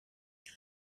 elle